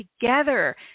together